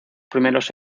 primeros